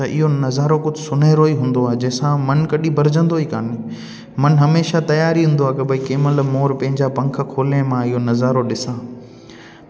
त इहो नज़ारो कुझु सुनहरो ई हूंदो आहे जंहिं सां मन कॾी भरजंदो ई कान्हे मन हमेशा तियारु ई हूंदो आहे की बई कंहिं महिल मोर पंहिंजा पंख खोले मां इहो नज़ारो ॾिसां